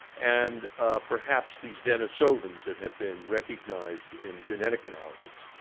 and perhaps these denisovans that have been recognized in genetic analyses.